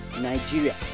Nigeria